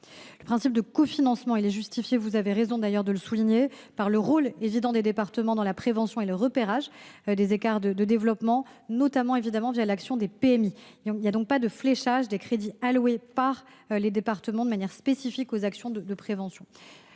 Le principe de cofinancement est justifié – vous avez raison de le souligner – par le rôle évident des départements dans la prévention et le repérage des écarts de développement, notamment l’action des centres de PMI. Il n’y a donc pas de fléchage des crédits alloués par les départements, de manière spécifique, aux actions de prévention.